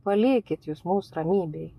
palikit jus mus ramybėj